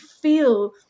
feel